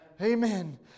Amen